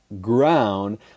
ground